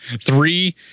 three